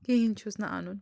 کِہیٖنۍ چھُس نہٕ اَنُن